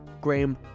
Graham